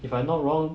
if I'm not wrong